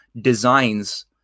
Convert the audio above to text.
designs